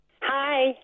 Hi